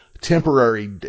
temporary